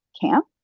camp